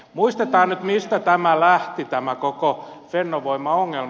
muistetaan nyt mistä lähti tämä koko fennovoima ongelma